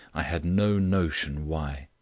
i had no notion why.